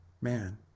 man